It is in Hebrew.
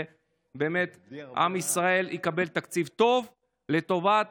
ובאמת עם ישראל יקבל תקציב טוב לטובת